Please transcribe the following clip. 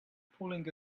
pulling